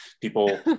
People